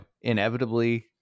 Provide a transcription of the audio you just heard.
inevitably